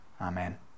Amen